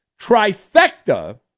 Trifecta